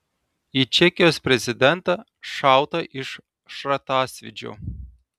į čekijos prezidentą šauta iš šratasvydžio